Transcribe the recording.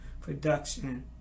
production